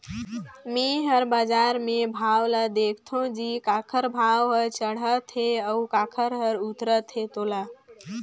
मे हर बाजार मे भाव ल देखथों जी काखर भाव हर चड़हत हे अउ काखर हर उतरत हे तोला